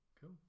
cool